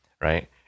right